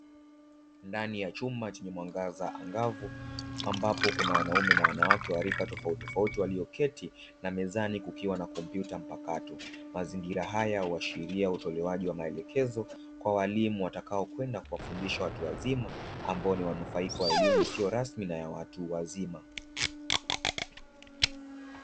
Ndani ya chumba chenye mwangaza angavu ambapo kuna wanaume na wanawake wa rika tofautitofauti, walioketi na mezani kukiwa na kompyuta mpakato. Mazingira haya huashiria utolewaji wa maelekezo kwa walimu watakaokwenda kuwafundisha watu wazima, ambao ni wanufaika wa elimu isiyo rasmi na ya watu wazima.